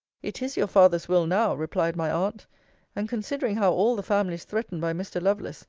it is your father's will now, replied my aunt and, considering how all the family is threatened by mr. lovelace,